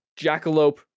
jackalope